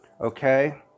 Okay